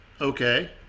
Okay